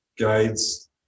guides